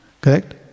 Correct